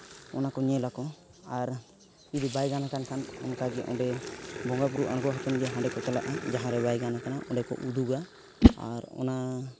ᱚᱱᱟᱠᱚ ᱧᱮᱞᱟᱠᱚ ᱟᱨ ᱡᱩᱫᱤ ᱵᱟᱭ ᱜᱟᱱ ᱟᱠᱟᱱ ᱠᱷᱟᱱ ᱚᱱᱠᱟᱜᱮ ᱚᱸᱰᱮ ᱵᱚᱸᱜᱟᱼᱵᱩᱨᱩ ᱟᱬᱜᱚ ᱠᱟᱛᱮᱫ ᱜᱮ ᱦᱟᱸᱰᱮᱠᱚ ᱪᱟᱞᱟᱜᱼᱟ ᱡᱟᱦᱟᱸᱨᱮ ᱵᱟᱭ ᱜᱟᱱ ᱟᱠᱟᱱᱟ ᱚᱸᱰᱮᱠᱚ ᱩᱫᱩᱜᱟ ᱟᱨ ᱚᱱᱟ